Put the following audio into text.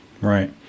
right